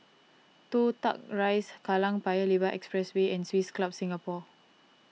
Toh Tuck Rise Kallang Paya Lebar Expressway and Swiss Club Singapore